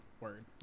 Word